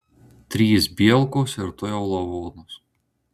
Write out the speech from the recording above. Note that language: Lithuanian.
trys bielkos ir tu jau lavonas